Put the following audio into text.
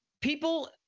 People